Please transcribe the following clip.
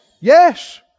Yes